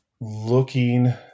looking